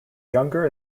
younger